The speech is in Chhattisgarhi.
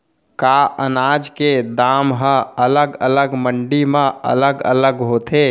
का अनाज के दाम हा अलग अलग मंडी म अलग अलग होथे?